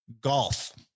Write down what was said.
Golf